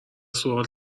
سؤال